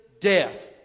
death